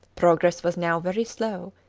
progress was now very slow,